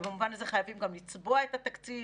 ובמובן הזה חייבים גם לצבוע את התקציב